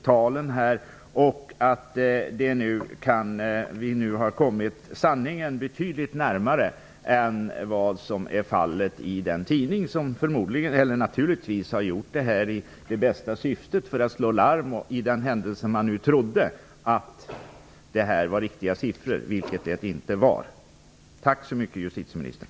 Vi har nu kommit sanningen betydligt närmare än vad som är fallet i den tidning som naturligtvis tog upp detta i det bästa syfte, för att slå larm i den händelse uppgifterna var riktiga, vilket de inte var. Tack så mycket, justitieministern!